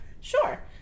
Sure